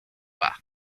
back